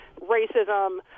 racism